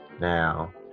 Now